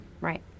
Right